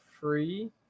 free